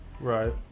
right